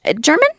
German